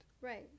Right